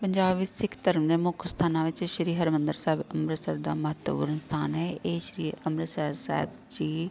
ਪੰਜਾਬ ਵਿੱਚ ਸਿੱਖ ਧਰਮ ਦੇ ਮੁੱਖ ਸਥਾਨਾਂ ਵਿੱਚ ਸ਼੍ਰੀ ਹਰਿਮੰਦਰ ਸਾਹਿਬ ਅੰਮ੍ਰਿਤਸਰ ਦਾ ਮਹੱਤਵਪੂਰਨ ਸਥਾਨ ਹੈ ਇਹ ਸ਼੍ਰੀ ਅੰਮ੍ਰਿਤਸਰ ਸਾਹਿਬ ਜੀ